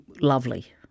lovely